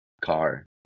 car